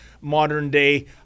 modern-day